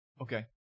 Okay